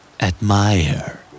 Admire